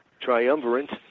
triumvirate